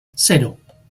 cero